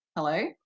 Hello